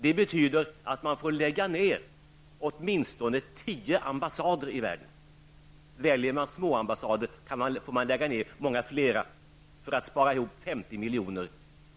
Det betyder att man måste lägga ned åtminstone tio ambassader i världen -- väljer man småambassader måste man lägga ner många fler -- för att spara 50 milj.